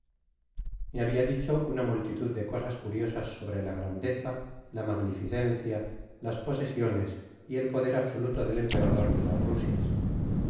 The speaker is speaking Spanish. me habia dicho una multitud de cosas cariosas sobre la grandeza la magnificencia las posesiones y el poder absoluto del emperador de las rusias